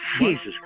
Jesus